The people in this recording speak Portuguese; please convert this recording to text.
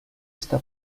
está